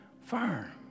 firm